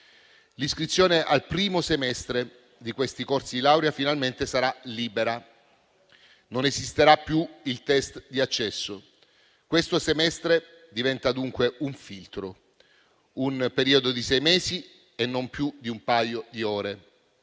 L'iscrizione al primo semestre dei corsi di laurea finalmente sarà libera: non esisterà più il test di accesso. Il semestre diventa dunque un filtro, un periodo di sei mesi e non più di un paio di ore